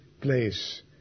place